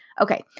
Okay